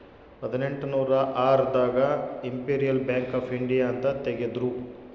ಹದಿನೆಂಟನೂರ ಆರ್ ದಾಗ ಇಂಪೆರಿಯಲ್ ಬ್ಯಾಂಕ್ ಆಫ್ ಇಂಡಿಯಾ ಅಂತ ತೇಗದ್ರೂ